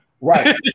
Right